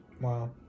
Wow